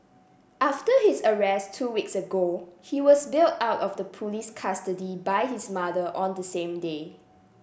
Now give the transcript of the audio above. after his arrest two weeks ago he was bailed out of police custody by his mother on the same day